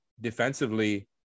defensively